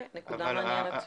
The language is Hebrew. נקודה מעניינת.